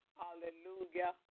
hallelujah